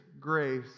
grace